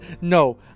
No